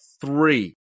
three